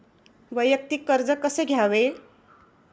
वैयक्तिक कर्ज कसे घ्यावे?